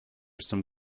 some